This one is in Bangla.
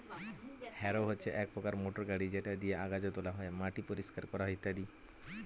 হ্যারো হচ্ছে এক প্রকার মোটর গাড়ি যেটা দিয়ে আগাছা তোলা হয়, মাটি পরিষ্কার করা হয় ইত্যাদি